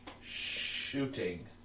shooting